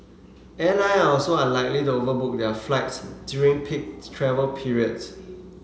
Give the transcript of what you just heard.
airline are also unlikely to overbook their flights during peak travel periods